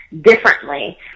differently